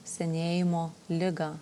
senėjimo ligą